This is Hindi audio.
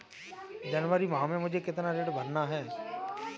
जनवरी माह में मुझे कितना ऋण भरना है?